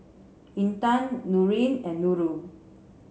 Intan Nurin and Nurul